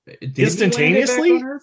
Instantaneously